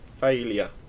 failure